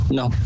no